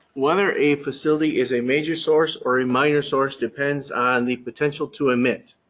whether a facility is a major source or a minor source depends on the potential to emit.